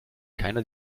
keiner